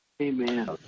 Amen